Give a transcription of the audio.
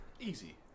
Easy